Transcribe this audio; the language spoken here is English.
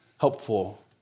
helpful